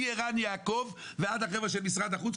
מערן יעקב ועד החבר'ה של משרד החוץ,